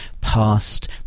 past